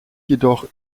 jedoch